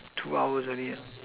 two hours earlier